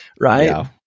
Right